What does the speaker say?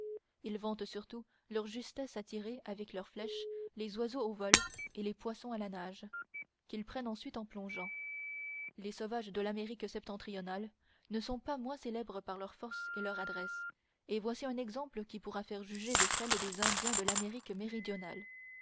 il vante surtout leur justesse à tirer avec leurs flèches les oiseaux au vol et les poissons à la nage qu'ils prennent ensuite en plongeant les sauvages de l'amérique septentrionale ne sont pas moins célèbres par leur force et leur adresse et voici un exemple qui pourra faire juger de celles des indiens de l'amérique méridionale